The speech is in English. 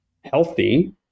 healthy